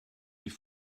die